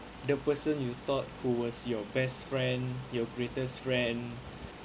the person you thought who was your best friend your greatest friend